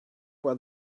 what